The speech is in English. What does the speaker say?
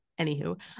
anywho